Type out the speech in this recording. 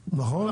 נכון?